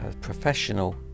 professional